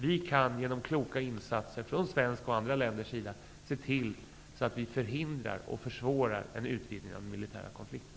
Vi kan genom kloka insatser från svensk och andra länders sida se till att förhindra och försvåra en utvidgning av den militära konflikten.